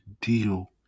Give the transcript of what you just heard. deal